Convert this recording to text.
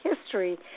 history